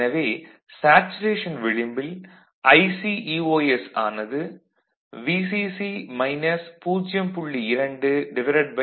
எனவே சேச்சுரேஷன் விளிம்பில் IC ஆனது Vcc - 0